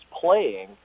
playing